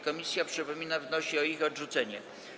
Komisja, przypominam, wnosi o ich odrzucenie.